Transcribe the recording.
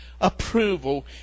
approval